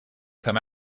come